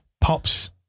Pops